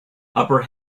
upper